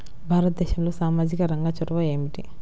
భారతదేశంలో సామాజిక రంగ చొరవ ఏమిటి?